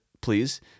please